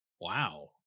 Wow